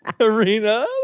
arena